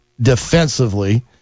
defensively